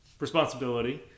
responsibility